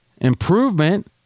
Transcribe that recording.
Improvement